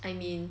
I mean